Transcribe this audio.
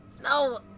No